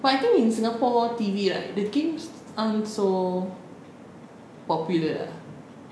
but I think in singapore T_V right like the games aren't so popular ah